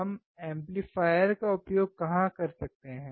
हम एम्पलीफायर का उपयोग कहां कर सकते हैं